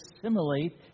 assimilate